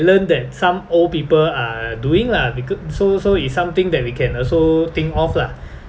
learnt that some old people are doing lah beca~ so so it's something that we can also think of lah